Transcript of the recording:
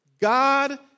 God